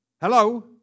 Hello